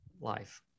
life